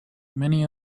many